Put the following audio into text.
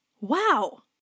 Wow